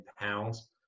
pounds